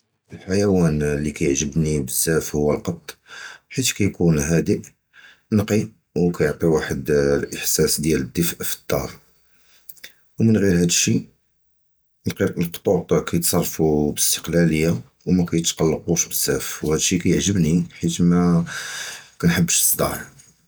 החִיוַאנ לִי קִתְעַגְ'בְנִי בְזַאפ הוּוַה הַקּוּט בְחִית קִיְקוּן הַדֶא הַנְקִי וְקִיְעַטִי וְחַד הַאֲחְסַאס דִיַּל הַדֶפֵא פַלְדַאר וּמִן גִיר הַדֶא שִי הַקּוּט הַקּוּטוֹט קִיְתְסַרְפוּ בְאִסְתִקְלַאלִיָּה וּמַקִיְתְקַלַקְּשוּ בְזַאפ וְהַדֶא שִי קִיְעַגְ'בְנִי בְחִית קַאמַנְחַבֵּש הַצְדַאג